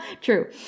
true